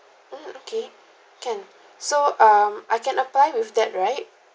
ah okay can so um I can apply with that right